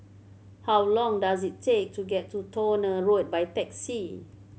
how long does it take to get to Towner Road by taxi